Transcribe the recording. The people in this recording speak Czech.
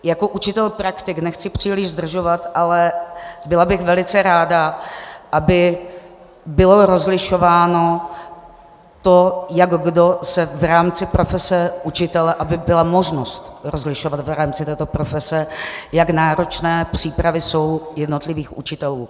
Jako učitel praktik nechci příliš zdržovat, ale byla bych velice ráda, aby bylo rozlišováno to, jak kdo se v rámci profese učitele, aby byla možnost rozlišovat v rámci této profese, jak náročné jsou přípravy jednotlivých učitelů.